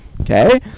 Okay